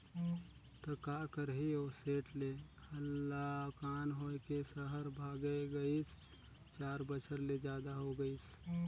त का करही ओ सेठ ले हलाकान होए के सहर भागय गइस, चार बछर ले जादा हो गइसे